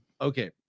okay